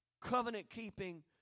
covenant-keeping